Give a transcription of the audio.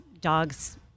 Dogs